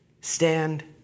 stand